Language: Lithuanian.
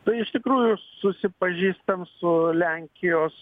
tai iš tikrųjų susipažįstam su lenkijos